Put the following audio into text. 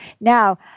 Now